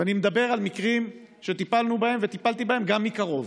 ואני מדבר על מקרים שטיפלנו בהם וטיפלתי בהם גם מקרוב.